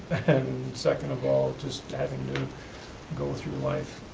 and second of all, just having to go through life